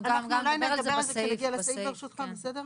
אנחנו נדבר על זה כשנגיע לסעיף ברשותך, בסדר?